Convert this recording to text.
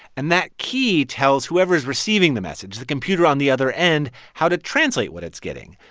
and that key tells whoever's receiving the message the computer on the other end how to translate what it's getting.